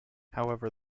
however